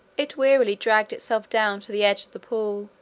it wearily dragged itself down to the edge of the pool,